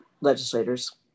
legislators